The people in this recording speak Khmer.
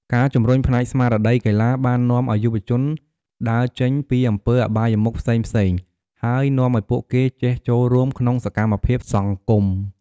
ការជម្រុញផ្នែកស្មារតីកីឡា បាននាំឲ្យយុវជនដើរចេញពីអំពើអបាយមុខផ្សេងៗ ហើយនាំអោយពួកគេចេះចូលរួមក្នុងសកម្មភាពសង្គម។